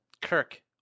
Kirk